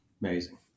Amazing